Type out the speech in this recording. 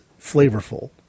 flavorful